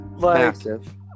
Massive